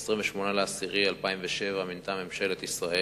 ב-28 באוקטובר 2007 מינתה ממשלת ישראל